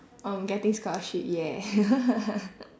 um getting scholarship ya